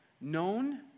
known